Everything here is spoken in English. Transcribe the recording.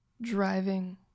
driving